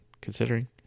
considering